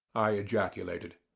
i ejaculated.